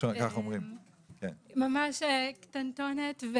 ממש קטנטונת.